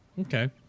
okay